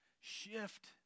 shift